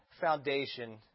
foundation